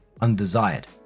undesired